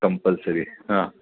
compulsory आहे हां